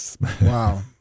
Wow